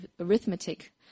arithmetic